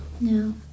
No